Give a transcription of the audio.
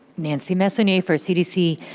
nancy messonnier for cdc.